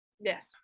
Yes